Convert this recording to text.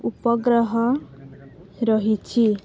ଉପଗ୍ରହ ରହିଛି